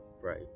Right